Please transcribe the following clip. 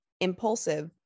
impulsive